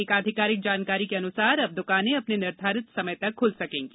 एक आधिकारिक जानकारी के अनुसार अब दुकानें अपने निर्धारित समय तक खुल सकेंगी